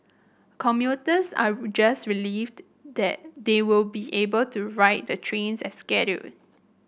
commuters are just relieved that they were be able to ride the trains as scheduled